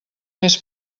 més